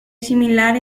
similar